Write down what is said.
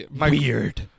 Weird